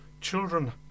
children